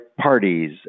parties